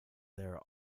there